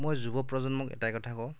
মই যুৱ প্ৰজন্মক এটাই কথা কওঁ